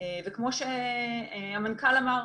וכמו שהמנכ"ל אמר: